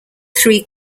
three